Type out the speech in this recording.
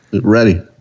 Ready